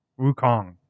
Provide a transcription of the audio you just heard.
Wukong